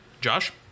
Josh